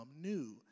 new